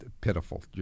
pitiful